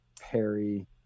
Perry